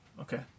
Okay